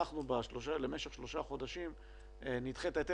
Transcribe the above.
למשך שלושה חודשים נדחה את ההיטל.